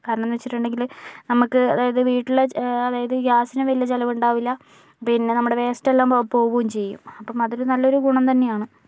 കാരണംന്നു വെച്ചുകിട്ടുണ്ടെങ്കില് നമ്മുക്ക് അതായത് വീട്ടിലെ അതായത് ഗ്യാസിനു വലിയ ചിലവുണ്ടാകില്ല പിന്നെ നമ്മുടെ വേസ്റ്റെല്ലാം പോകും ചെയ്യും അപ്പോൾ അതൊരു നല്ലൊരു ഗുണം തന്നെയാണ്